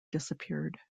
disappeared